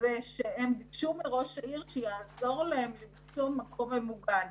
זה שהם ביקשו מראש העיר שיעזור להם למצוא מקום ממוגן.